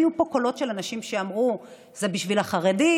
אז היו פה קולות של אנשים שאמרו: זה בשביל החרדים,